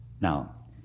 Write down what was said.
Now